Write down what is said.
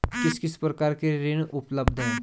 किस किस प्रकार के ऋण उपलब्ध हैं?